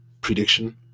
prediction